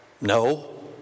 no